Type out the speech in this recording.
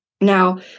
Now